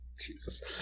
Jesus